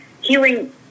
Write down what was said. healing